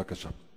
בבקשה.